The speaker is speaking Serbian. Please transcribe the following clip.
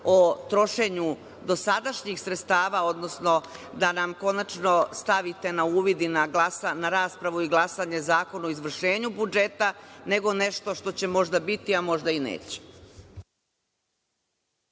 o trošenju dosadašnjih sredstava, odnosno da nam konačno stavite na uvid i na raspravu i glasanje Zakon o izvršenju budžeta nego nešto što će možda biti, a možda i neće.